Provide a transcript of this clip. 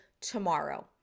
tomorrow